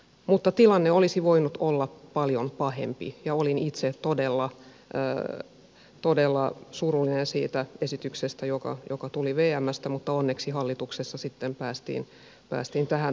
mutta tilanne olisi voinut olla paljon pahempi ja olin itse todella surullinen siitä esityksestä joka tuli vmstä mutta onneksi hallituksessa sitten päästiin tähän tulokseen